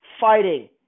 fighting